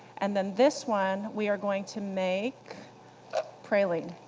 and then this one we are going to make praline.